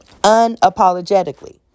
unapologetically